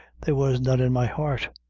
there was none in my heart.